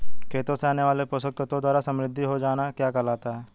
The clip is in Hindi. खेतों से आने वाले पोषक तत्वों द्वारा समृद्धि हो जाना क्या कहलाता है?